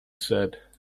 said